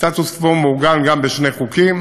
הסטטוס קוו מעוגן גם בשני חוקים